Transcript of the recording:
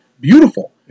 beautiful